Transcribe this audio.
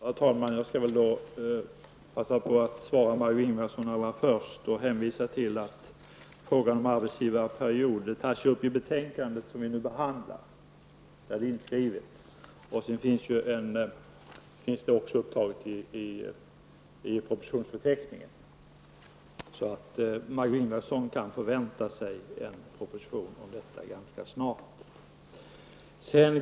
Herr talman! Jag skall passa på att svara Margó Ingvardsson allra först. Frågan om arbetsgivarperiod tas upp i betänkandet som vi nu behandlar. Den finns också upptagen i propositionsförteckningen, så Margó Ingvardsson kan förvänta sig en proposition om detta ganska snart.